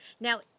Now